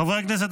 חברי הכנסת,